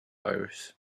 iris